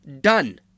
Done